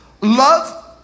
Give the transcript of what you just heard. Love